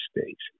States